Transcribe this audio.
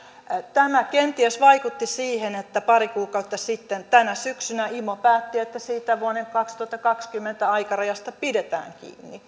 tämä kenties vaikutti siihen että pari kuukautta sitten tänä syksynä imo päätti että siitä vuoden kaksituhattakaksikymmentä aikarajasta pidetään kiinni